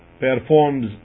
performs